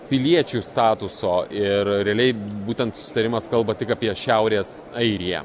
piliečių statuso ir realiai būtent susitarimas kalba tik apie šiaurės airiją